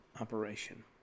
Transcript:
operation